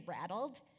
rattled